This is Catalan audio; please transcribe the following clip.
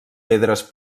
pedres